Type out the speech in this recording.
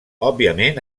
òbviament